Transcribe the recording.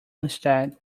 instead